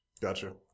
gotcha